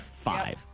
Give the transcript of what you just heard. Five